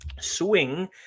swing